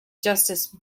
justice